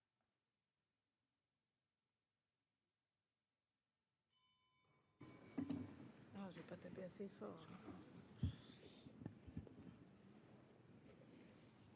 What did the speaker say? Merci